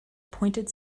pointed